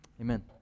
Amen